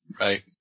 Right